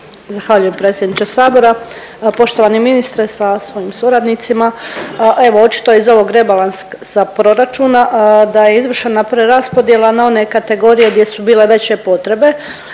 Zahvaljujem predsjedniče sabora. Poštovani ministre sa svojim suradnicima. Evo očito je iz ovog rebalansa proračuna da je izvršena preraspodjela na one kategorije gdje su bile veće potrebe